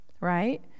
right